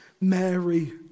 Mary